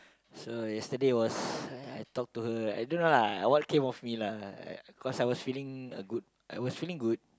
so yesterday was I talk to her right I don't know lah what came of me lah cause I was feeling a good I was feeling good